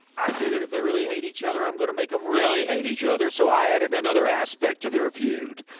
i figured if they really hate each other, i'm going to make them really hate each other, so i added another aspect to their feud.